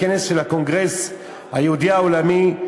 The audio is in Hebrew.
בכנס של הקונגרס היהודי העולמי,